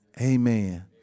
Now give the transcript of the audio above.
amen